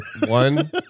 One